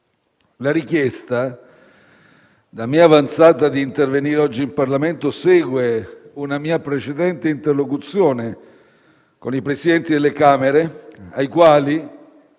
La richiesta da me avanzata di intervenire oggi in Parlamento segue una mia precedente interlocuzione con i Presidenti delle Camere, ai quali